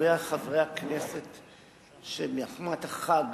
לגבי חברי הכנסת שמחמת החג